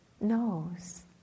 knows